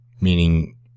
meaning